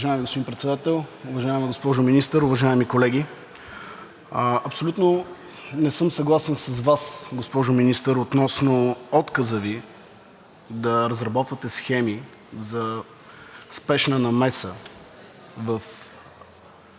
уважаема госпожо Министър, уважаеми колеги! Абсолютно не съм съгласен с Вас, госпожо Министър, относно отказа Ви да разработвате схеми за спешна намеса във